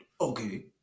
Okay